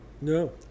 No